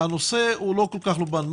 הנושא לא כל כך לובן.